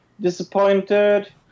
disappointed